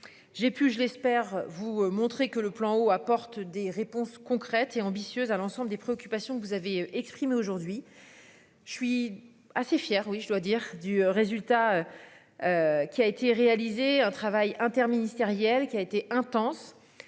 J'ai pu, je l'espère vous montrer que le plan eau apporte des réponses concrètes et ambitieuses à l'ensemble des préoccupations que vous avez exprimé aujourd'hui. Je suis assez fier, oui, je dois dire du résultat. Qui a été réalisé un travail interministériel qui a été intense.